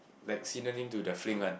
like synonym to the fling one